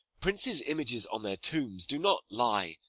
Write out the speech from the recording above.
princes' images on their tombs do not lie,